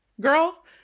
Girl